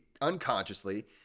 unconsciously